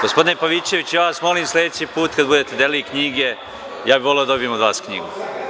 Gospodine Pavićeviću, ja vas molim, sledeći put kad budete delili knjige, ja bih voleo da dobijem od vas knjigu.